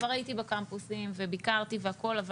כבר הייתי בקמפוסים וביקרתי, אבל